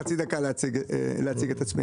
תנו לי חצי דקה להציג את עצמי.